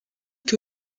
que